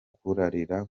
kurarira